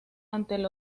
ante